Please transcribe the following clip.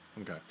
Okay